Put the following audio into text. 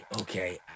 okay